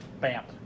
bam